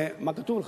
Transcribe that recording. מה כתוב לך?